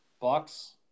bucks